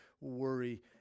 worry